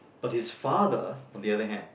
but his father on the other hand